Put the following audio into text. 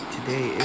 Today